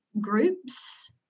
groups